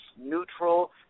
neutral